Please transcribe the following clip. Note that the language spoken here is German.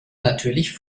natürlich